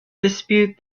dispute